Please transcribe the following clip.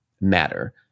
matter